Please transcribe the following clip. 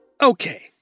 Okay